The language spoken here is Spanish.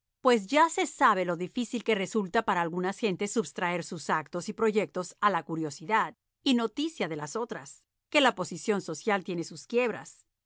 pues ya se sabe lo difícil que resulta para algunas gentes substraer sus actos y proyectos a la curiosidad y noticia de las otras que la posición social tiene sus quiebras